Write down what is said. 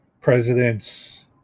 Presidents